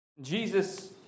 Jesus